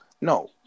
No